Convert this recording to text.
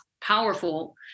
powerful